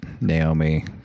Naomi